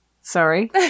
Sorry